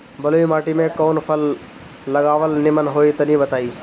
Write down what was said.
बलुई माटी में कउन फल लगावल निमन होई तनि बताई?